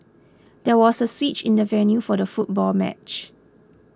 there was a switch in the venue for the football match